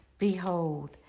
Behold